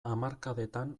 hamarkadetan